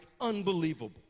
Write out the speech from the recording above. unbelievable